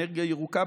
אנרגיה ירוקה,